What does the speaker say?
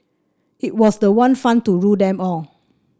it was the one fund to rule them all